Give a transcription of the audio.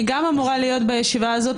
אני גם אמורה להיות בישיבה הזאת,